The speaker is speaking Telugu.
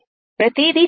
ప్రతిదీ చెప్పాను